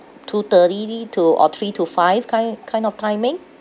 two thirty to or three to five kind kind of timing